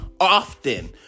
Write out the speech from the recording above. often